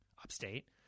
Upstate